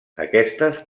aquestes